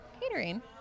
Catering